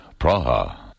Praha